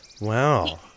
wow